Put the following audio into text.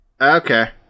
Okay